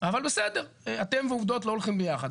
אבל בסדר, אתם ועובדות לא הולכים ביחד.